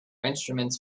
instruments